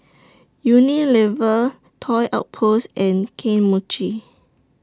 Unilever Toy Outpost and Kane Mochi